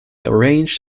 arranged